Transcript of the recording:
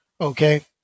okay